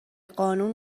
قانون